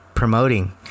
promoting